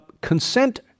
consent